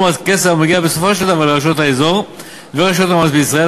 הכסף המגיע בסופו של דבר לרשויות האזור ורשויות המס בישראל,